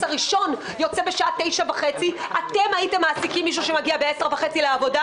הראשון יוצא בשעה 9:30. אתם הייתם מעסיקים מישהו שמגיע ב-10:30 לעבודה?